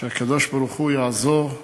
שהקדוש-ברוך-הוא יעזור,